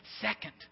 second